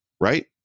right